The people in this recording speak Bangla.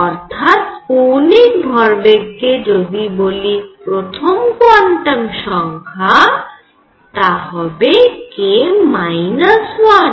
অর্থাৎ কৌণিক ভরবেগ কে যদি বলি প্রথম কোয়ান্টাম সংখ্যা তা হবে k - 1